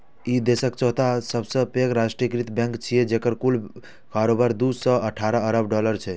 ई देशक चौथा सबसं पैघ राष्ट्रीयकृत बैंक छियै, जेकर कुल कारोबार दू सय अठारह अरब डॉलर छै